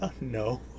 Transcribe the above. No